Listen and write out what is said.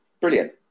brilliant